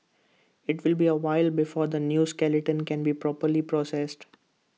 IT will be A while before this new skeleton can be properly processed